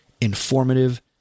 informative